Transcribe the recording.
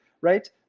right